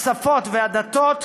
השפות והדתות,